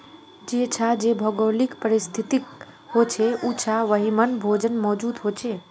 जेछां जे भौगोलिक परिस्तिथि होछे उछां वहिमन भोजन मौजूद होचे